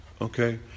okay